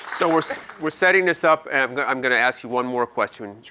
so we're so we're setting this up and i'm gonna ask you one more question.